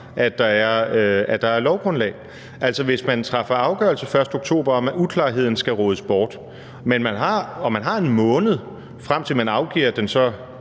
at der er lovgrundlag? Altså, hvis man træffer afgørelse den 1. oktober om, at uklarheden skal ryddes bort, og man har en måned, frem til man afgiver den